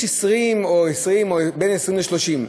שיש בין 20 ל-30.